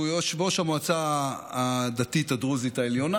שהוא יושב-ראש המועצה הדתית הדרוזית העליונה,